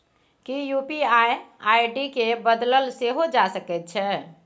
कि UPI ID केँ बदलल सेहो जा सकैत छै?